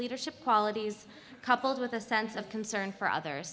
leadership qualities coupled with a sense of concern for others